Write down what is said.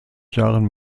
jahren